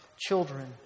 children